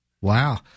Wow